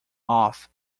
off